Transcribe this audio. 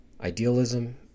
Idealism